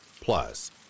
Plus